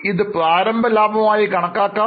ഇത് പ്രാരംഭ ലാഭം ആയി കണക്കാക്കാം